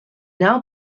now